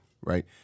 Right